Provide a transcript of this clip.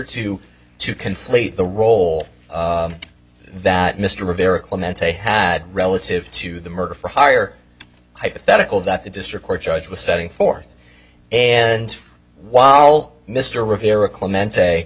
conflate the role that mr rivera clemente had relative to the murder for hire hypothetical that the district court judge was setting forth and while mr rivera clemente